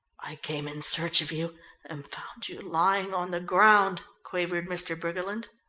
i came in search of you and found you lying on the ground, quavered mr. briggerland.